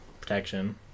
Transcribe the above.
protection